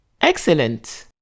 Excellent